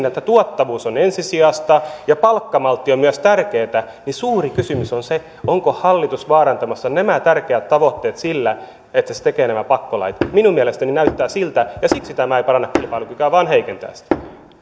että tuottavuus on ensisijaista ja palkkamaltti on myös tärkeätä niin suuri kysymys on se onko hallitus vaarantamassa nämä tärkeät tavoitteet sillä että se tekee nämä pakkolait minun mielestäni näyttää siltä ja siksi tämä ei paranna kilpailukykyä vaan heikentää sitä